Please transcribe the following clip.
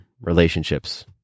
relationships